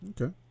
Okay